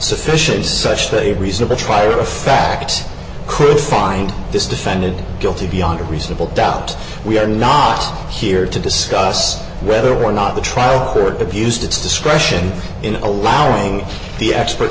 sufficient such that a reasonable trier of fact could find this defendant guilty beyond a reasonable doubt we are not here to discuss whether or not the trial for abused its discretion in allowing the expert